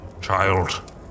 child